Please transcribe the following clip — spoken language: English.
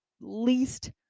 Least